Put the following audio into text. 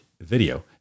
video